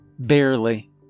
barely